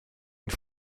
une